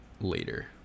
later